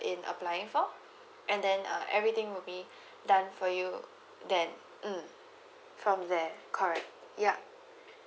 in applying for and then uh everything will be done for you then mm from there correct ya